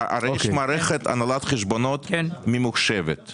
הרי יש מערכת הנהלת חשבונות ממוחשבת,